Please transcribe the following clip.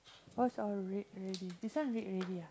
most I've read already this one read already ah